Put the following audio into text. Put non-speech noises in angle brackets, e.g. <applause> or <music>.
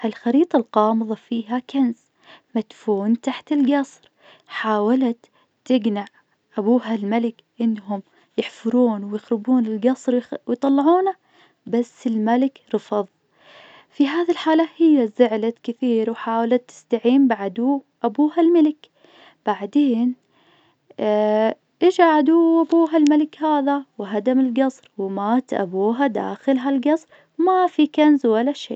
ها الخريط الغامظة فيها كنز مدفون تحت القصر، حاولت تقنع أبوها الملك إنهم يحفرون ويخربون القصر ويغ- ويطلعونه بس الملك رفظ. في هذي الحالة هي زعلت كثير وحاولت تستعين بعدو أبوها الملك، بعدين <hesitation> إجا عدو أبوها الملك هذا وهدم القصر ومات أبوها داخل ها القصر وما في كنز ولا شي.